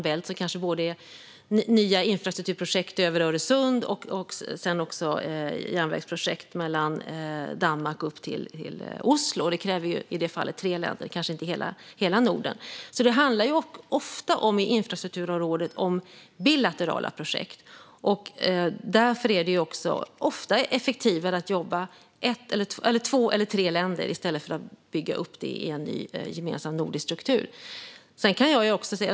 Det kan gälla nya infrastrukturprojekt över Öresund liksom järnvägsprojekt mellan Danmark och upp till Oslo. I det senare fallet krävs inblandning från tre länder och inte hela Norden. På infrastrukturområdet handlar det ofta om bilaterala projekt. Därför brukar det vara mer effektivt att två eller tre länder jobbar tillsammans i stället för att vi bygger upp en ny gemensam nordisk struktur.